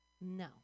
No